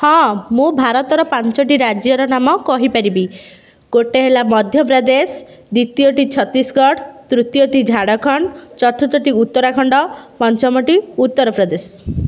ହଁ ମୁଁ ଭାରତର ପାଞ୍ଚଟି ରାଜ୍ୟର ନାମ କହିପାରିବି ଗୋଟିଏ ହେଲା ମଧ୍ୟପ୍ରଦେଶ ଦ୍ୱିତୀୟଟି ଛତିଶଗଡ଼ ତୃତୀୟଟି ଝାଡ଼ଖଣ୍ଡ ଚତୁର୍ଥଟି ଉତ୍ତରାଖଣ୍ଡ ପଞ୍ଚମଟି ଉତ୍ତର ପ୍ରଦେଶ